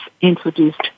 introduced